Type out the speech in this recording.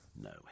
No